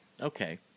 Okay